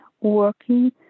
working